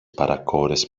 παρακόρες